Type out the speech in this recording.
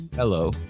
Hello